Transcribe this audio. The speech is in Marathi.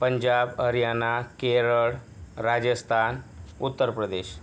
पंजाब हरियाणा केरळ राजस्थान उत्तर प्रदेश